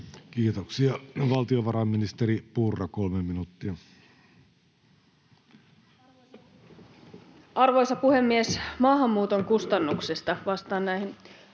Kiitoksia. — Valtiovarainministeri Purra, kolme minuuttia. Arvoisa puhemies! Maahanmuuton kustannuksista — vastaan näihin